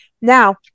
Now